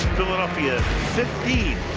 philadelphia fifteen,